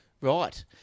Right